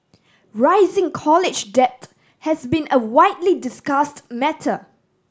rising college debt has been a widely discussed matter